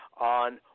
on